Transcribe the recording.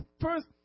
first